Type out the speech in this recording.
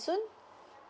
soon